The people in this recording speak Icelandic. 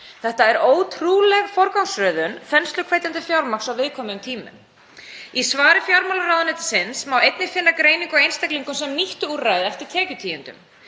Þetta er ótrúleg forgangsröðun þensluhvetjandi fjármagns á viðkvæmum tímum. Í svari fjármálaráðuneytisins má einnig finna greiningu á einstaklingum sem nýttu úrræðið eftir tekjutíundum.